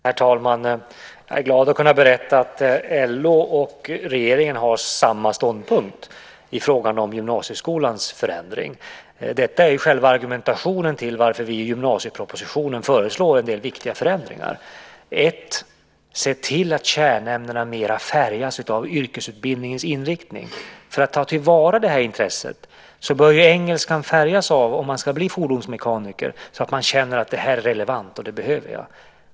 Herr talman! Jag är glad att kunna berätta att LO och regeringen har samma ståndpunkt i frågan om förändringen av gymnasieskolan. Detta är själva argumentationen till varför vi i gymnasiepropositionen föreslår en del viktiga förändringar. Först och främst är det fråga om att se till att kärnämnena mer färgas av yrkesutbildningens inriktning. För att ta till vara intresset bör engelskan färgas av om man ska bli fordonsmekaniker, så att man känner att ämnet är relevant och behövs.